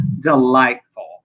delightful